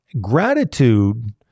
Gratitude